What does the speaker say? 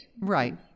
Right